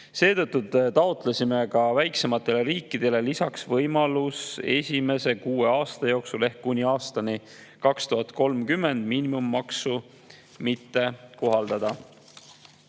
Seetõttu taotlesime väiksematele riikidele lisaks võimaluse esimese kuue aasta jooksul ehk kuni aastani 2030 miinimummaksu mitte kohaldada.